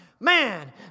Man